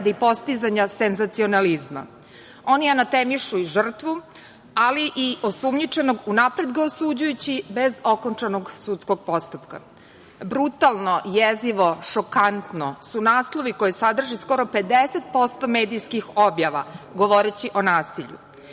postizanja senzacionalizma. Oni anatemišu i žrtvu, ali i osumnjičenog unapred ga osuđujući bez okončanog sudskog postupka. Brutalno, jezivo, šokantno su naslovi koje sadrži skoro 50% medijskih objava, govoreći o nasilju.